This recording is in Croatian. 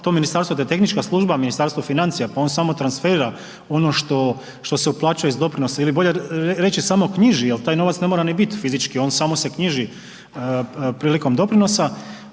da je tehnička služba, a Ministarstvo financija pa ono samo transferira ono što se uplaćuje iz doprinosa ili bolje reći samo knjiži jel taj novac ne mora ni biti fizički on samo se knjiži prilikom doprinosa